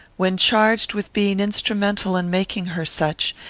when charged with being instrumental in making her such,